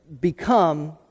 become